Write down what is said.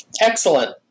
Excellent